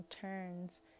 turns